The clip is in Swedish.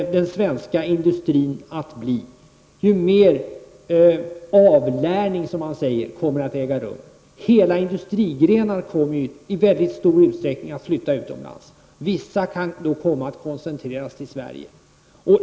Den svenska industrin kommer att bli ännu mer utarmad och en ännu större ''avlärning'' kommer att äga rum. Hela industrigrenar kommer i stor utsträckning att flytta utomlands -- vissa kan dock komma att koncentreras till Sverige.